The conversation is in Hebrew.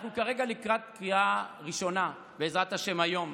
אנחנו כרגע לקראת קריאה ראשונה, בעזרת השם, היום.